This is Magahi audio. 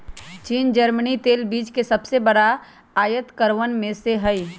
चीन जर्मनी तेल बीज के सबसे बड़ा आयतकरवन में से हई